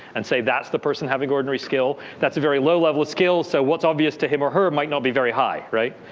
and say that's the person having ordinary skill. that's a very low level of skill, so what's obvious to him or her might not be very high, right?